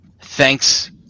thanks